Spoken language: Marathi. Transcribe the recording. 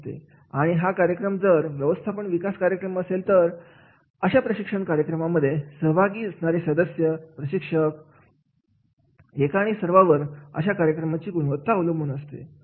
आणि हा कार्यक्रम जर व्यवस्थापन विकास कार्यक्रम असेल तर अशा प्रशिक्षण कार्यक्रमांमध्ये सहभागी असणारे सदस्य प्रशिक्षक एक आणि सर्वावर अशा कार्यक्रमाची गुणवत्ता अवलंबून असते